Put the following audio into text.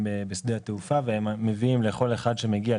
בשדה התעופה והם נותנים לכל אחד שמגיע,